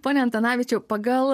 pone antanavičiau pagal